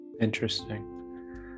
Interesting